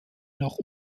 nach